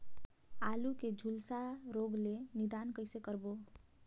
आलू के झुलसा रोग ले निदान कइसे करबो?